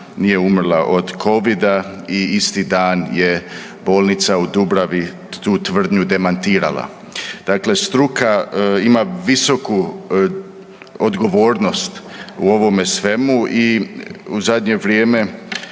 nije umrla od Covid-a i isti dan je bolnica u Dubravi tu tvrdnju demantirala. Dakle, struka ima visoku odgovornost u ovome svemu i u zadnje vrijeme